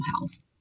health